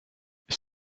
ist